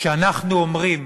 כשאנחנו אומרים